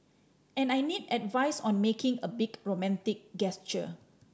and I need advice on making a big romantic gesture